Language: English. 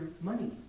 money